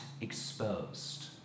exposed